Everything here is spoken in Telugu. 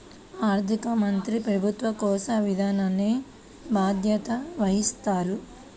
ఆర్థిక మంత్రి ప్రభుత్వ కోశ విధానానికి బాధ్యత వహిస్తారు